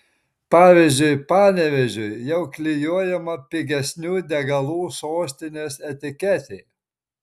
pavyzdžiui panevėžiui jau klijuojama pigesnių degalų sostinės etiketė